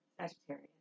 Sagittarius